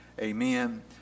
Amen